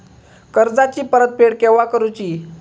कर्जाची परत फेड केव्हा करुची?